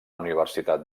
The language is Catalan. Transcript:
universitat